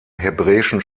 hebräischen